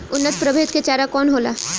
उन्नत प्रभेद के चारा कौन होला?